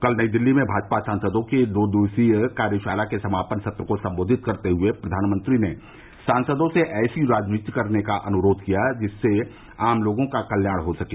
कल नई दिल्ली में भाजपा सांसदों की दो दिवसीय कार्यशाला के समापन सत्र को संबोधित करते हुए प्रधानमंत्री ने सांसदों से ऐसी राजनीति करने का अनुरोध किया जिससे आम लोगों का कल्याण हो सके